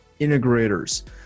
integrators